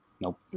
Nope